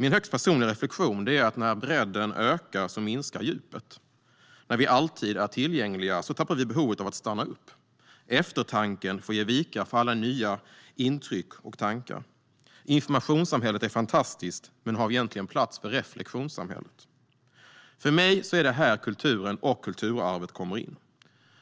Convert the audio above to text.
Min högst personliga reflektion är att när bredden ökar minskar djupet. När vi alltid är tillgängliga tappar vi behovet av att stanna upp. Eftertanken får ge vika för alla nya intryck och tankar. Informationssamhället är fantastiskt. Men har vi egentligen plats för reflektionssamhället? För mig är det här som kulturen och kulturarvet kommer in.